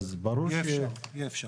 יהיה אפשר.